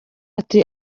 ati